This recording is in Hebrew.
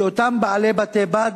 שאותם בעלי בתי-בד